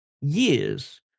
years